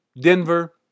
Denver